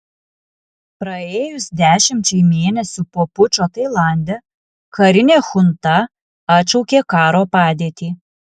praėjus dešimčiai mėnesių po pučo tailande karinė chunta atšaukė karo padėtį